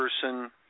person